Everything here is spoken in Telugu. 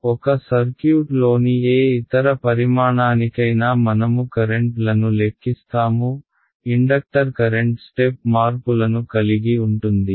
కాబట్టి ఒక సర్క్యూట్లోని ఏ ఇతర పరిమాణానికైనా మనము కరెంట్ లను లెక్కిస్తాము ఇండక్టర్ కరెంట్ స్టెప్ మార్పులను కలిగి ఉంటుంది